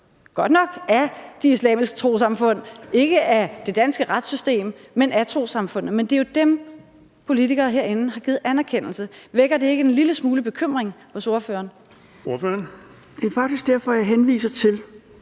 fanget i deres islamiske trossamfund, godt nok ikke af det danske retssystem, men af de islamiske trossamfund. Men det er jo dem, politikere herinde har givet anerkendelse. Vækker det ikke en lille smule bekymring hos ordføreren? Kl. 13:30 Den fg. formand (Erling